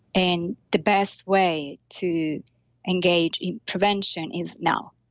and the best way to engage in prevention is now.